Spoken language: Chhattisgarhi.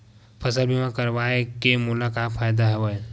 फसल बीमा करवाय के मोला का फ़ायदा हवय?